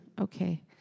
Okay